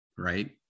right